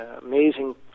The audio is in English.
amazing